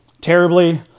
terribly